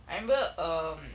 I remember um